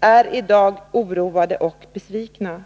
är i dag oroade och besvikna.